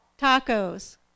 Tacos